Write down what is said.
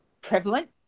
prevalent